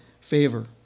favor